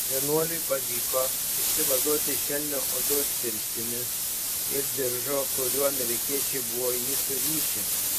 vienuoliui pavyko išsivaduoti iš elnio odos pirštinės ir diržo kuriuo amerikiečiai buvo jį surišę